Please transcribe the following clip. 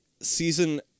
season